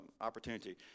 opportunity